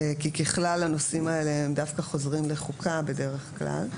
כי ככלל הנושאים האלה הם דווקא חוזרים לחוקה בדרך כלל,